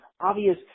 obvious